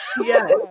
Yes